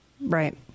right